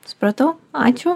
supratau ačiū